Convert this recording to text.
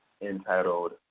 entitled